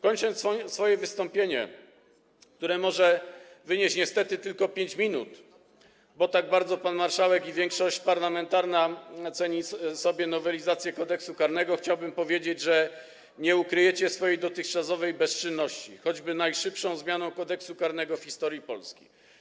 Kończąc swoje wystąpienie, które może trwać niestety tylko 5 minut, bo tak bardzo pan marszałek i większość parlamentarna cenią sobie nowelizację Kodeksu karnego, chciałbym powiedzieć, że nie ukryjecie swojej dotychczasowej bezczynności przez choćby najszybszą zmianę Kodeksu karnego w historii Polski.